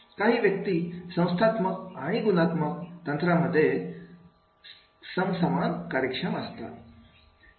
काही व्यक्ती संख्यात्मक आणि गुणात्मक तंत्रामध्ये समानकार्यक्षम असतात